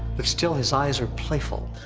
but still his eyes are playful,